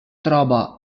troba